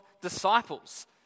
disciples